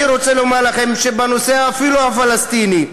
אני רוצה לומר לכם שאפילו בנושא הפלסטיני,